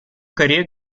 корея